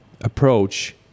approach